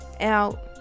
out